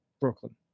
Brooklyn